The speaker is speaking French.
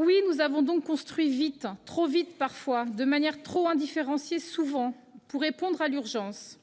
Oui, nous avons construit vite, trop vite parfois, souvent de manière trop indifférenciée, pour répondre à l'urgence.